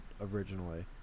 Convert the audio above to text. originally